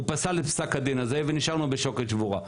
הוא פסל את פסק הדין הזה ונשארנו בשוקת שבורה.